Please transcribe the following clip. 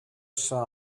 saw